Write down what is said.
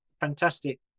fantastic